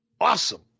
awesome